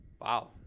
Wow